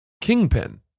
Kingpin